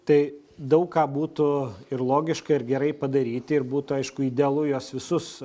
tai daug ką būtų ir logiška ir gerai padaryti ir būtų aišku idealu juos visus